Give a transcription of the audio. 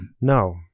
No